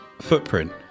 footprint